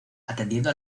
atendiendo